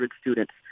students